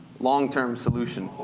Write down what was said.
long term solution.